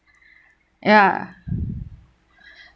ya